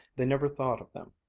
they never thought of them,